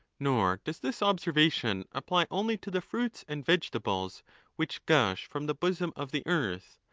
nor does this observation apply only to the fruits and vegetables which gush from the bosom of the earth,